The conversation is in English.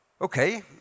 Okay